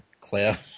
Claire